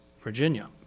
Virginia